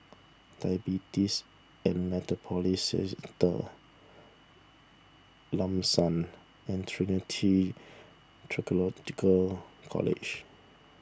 Diabetes and Metabolism Centre Lam San and Trinity theological College